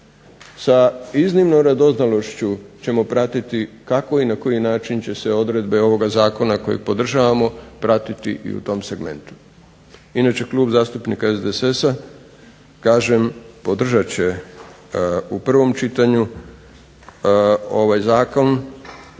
Sa iznimnom radoznalošću ćemo pratiti kako i na koji način će se odredbe ovoga Zakona koji podržavamo pratiti i u tom segmentu. Inače Klub zastupnika SDSS-a kažem podržat će u prvom čitanju ovaj zakon